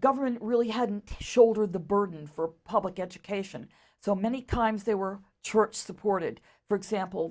government really hadn't to shoulder the burden for public education so many times there were church supported for example